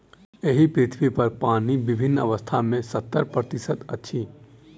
एहि पृथ्वीपर पानि विभिन्न अवस्था मे सत्तर प्रतिशत अछि